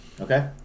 Okay